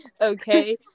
Okay